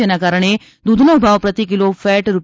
જેના કારણે દૂધનો ભાવ પ્રતિ કિલો ફેટ રૂ